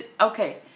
Okay